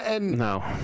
No